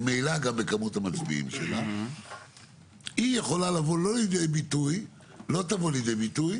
ובכמות המצביעים לא תבוא לידי ביטוי